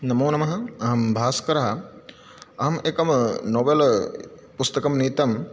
नमोनमः अहं भास्करः अहम् एकं नोवेल् पुस्तकं नीतम्